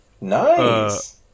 Nice